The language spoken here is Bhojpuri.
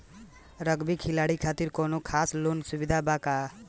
रग्बी खिलाड़ी खातिर कौनो खास लोन सुविधा बा का?